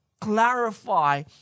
clarify